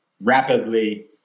rapidly